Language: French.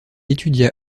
étudia